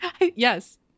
Yes